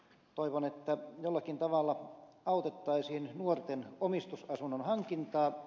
toivon että jollakin tavalla autettaisiin nuorten omistusasunnon hankintaa